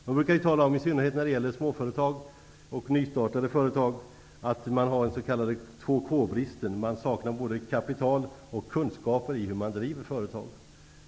Man brukar när det gäller småföretag och nystartade företag ofta tala om den s.k. två-ksjukan; dvs. där saknas både kapital och kunskaper om hur man driver företag.